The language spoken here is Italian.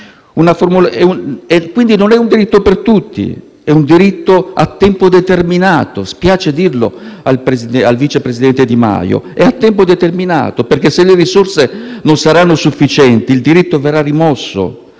quindi un diritto per tutti. È un diritto a tempo determinato. Spiace dirlo al vice presidente Di Maio; è a tempo determinato perché se le risorse non saranno sufficienti, il diritto verrà rimosso.